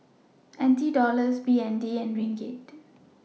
NT Dollars BND and Ringgit